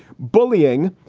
bullying.